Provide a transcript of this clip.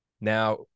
Now